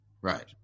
right